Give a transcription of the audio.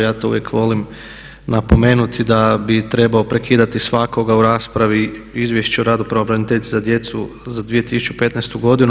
Ja to uvijek volim napomenuti da bi trebao prekidati svakoga u raspravi, izvješće o radu pravobraniteljice za djecu za 2015. godinu.